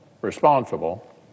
responsible